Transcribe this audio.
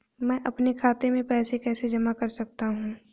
मैं अपने खाते में पैसे कैसे जमा कर सकता हूँ?